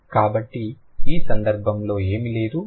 కాబట్టి ఈ సందర్భంలో ఏమి లేదు